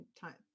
time